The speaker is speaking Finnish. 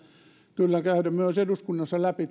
kyllä käydä myös eduskunnassa läpi